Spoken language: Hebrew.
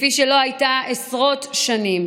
כפי שלא הייתה עשרות שנים,